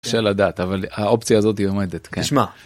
קשה לדעת, אבל האופציה הזאת יועמדת, כן. תשמע.